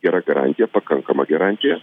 gera garantija pakankama garantija